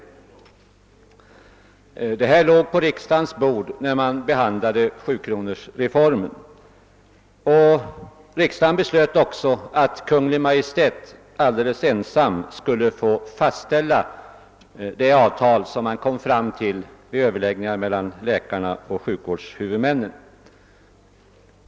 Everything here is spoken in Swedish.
Detta förslag låg på riksdagens bord vid behandlingen av sjukronorsreformen. Riksdagen beslutade också att Kungl. Maj:t ensam skulle få fastställa de avtal som skulle komma att träffas vid överläggningarna mellan läkarna och sjukvårdshuvudmännen.